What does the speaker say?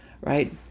right